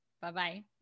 Bye-bye